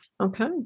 Okay